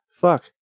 Fuck